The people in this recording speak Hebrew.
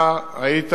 אתה היית